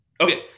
Okay